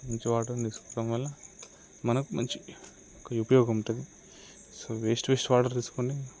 మంచి వాటర్ని తీసుకోవడం వల్ల మనకు మంచి ఉపయోగం ఉంటుంది సో వేస్ట్ వేస్ట్ వాటర్ తీసుకుంటే